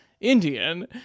indian